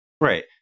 right